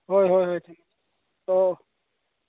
ꯍꯣꯏ ꯍꯣꯏ ꯍꯣꯏ ꯑꯣ